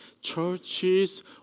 churches